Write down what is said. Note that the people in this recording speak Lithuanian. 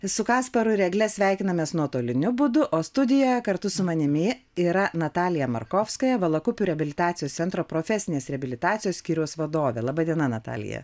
su kasparu ir egle sveikinamės nuotoliniu būdu o studijoje kartu su manimi yra natalija markovskaja valakupių reabilitacijos centro profesinės reabilitacijos skyriaus vadovė laba diena natalija